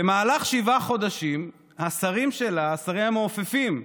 ובמהלך שבעה חודשים השרים שלה, שריה המעופפים,